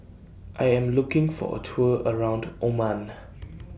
I Am looking For A Tour around Oman